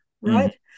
right